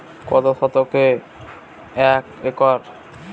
কত শতকে এক একর?